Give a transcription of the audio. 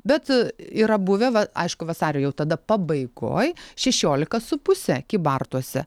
bet yra buvę va aišku vasario jau tada pabaigoj šešiolika su puse kybartuose